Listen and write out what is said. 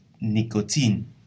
nicotine